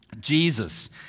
Jesus